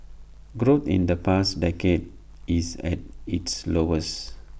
growth in the past decade is at its lowest